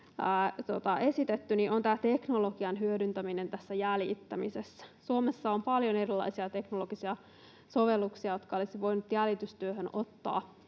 esitetty, on tämä teknologian hyödyntäminen tässä jäljittämisessä. Suomessa on paljon erilaisia teknologisia sovelluksia, jotka olisi voinut jäljitystyössä ottaa